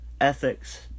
ethics